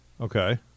Okay